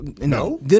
No